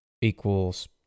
equals